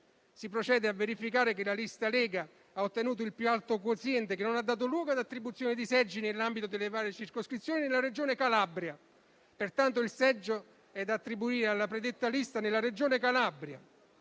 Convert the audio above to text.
Si procede a verificare che la lista Lega ha ottenuto il più alto quoziente che non ha dato luogo di attribuzione di seggi nell'ambito delle varie circoscrizioni nella Regione Calabria. Pertanto, il seggio è da attribuire alla predetta lista nella Regione Calabria.